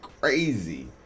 crazy